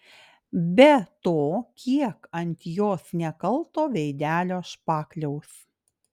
be to kiek ant jos nekalto veidelio špakliaus